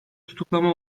tutuklama